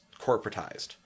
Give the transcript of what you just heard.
corporatized